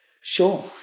Sure